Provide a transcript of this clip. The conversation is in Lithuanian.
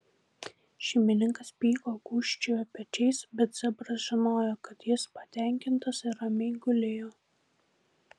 šeimininkas pyko gūžčiojo pečiais bet zebras žinojo kad jis patenkintas ir ramiai gulėjo